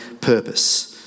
purpose